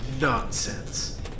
nonsense